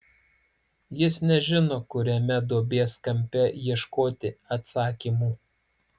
jis nežino kuriame duobės kampe ieškoti atsakymų